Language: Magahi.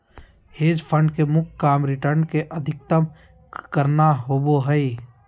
हेज फंड के मुख्य काम रिटर्न के अधीकतम करना होबो हय